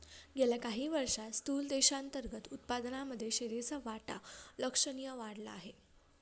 गेल्या काही वर्षांत स्थूल देशांतर्गत उत्पादनामध्ये शेतीचा वाटा लक्षणीय वाढला आहे